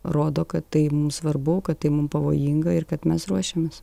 rodo kad tai mum svarbu kad tai mum pavojinga ir kad mes ruošiamės